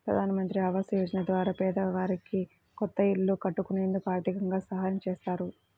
ప్రధానమంత్రి ఆవాస యోజన ద్వారా పేదవారికి కొత్త ఇల్లు కట్టుకునేందుకు ఆర్దికంగా సాయం చేత్తారు